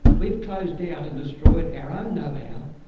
we've closed down and destroyed our own know-how,